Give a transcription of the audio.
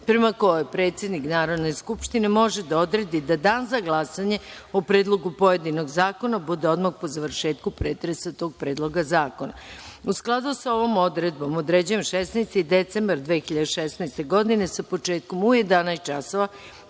prema kojem predsednik Narodne skupštine može da odredi da Dan za glasanje o predlogu pojedinog zakona bude odmah po završetku pretresa tog predloga zakona.U skladu sa ovom odredbom, određujem 16. decembar 2016. godine, sa početkom u 11,00